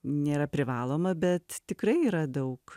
nėra privaloma bet tikrai yra daug